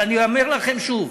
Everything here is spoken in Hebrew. אבל אני אומר לכם שוב,